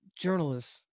journalists